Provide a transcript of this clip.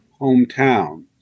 hometown